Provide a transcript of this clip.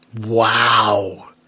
Wow